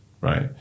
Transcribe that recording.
right